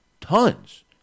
tons